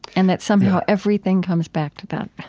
and that somehow everything comes back to that